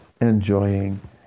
enjoying